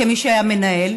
כמי שהיה מנהל.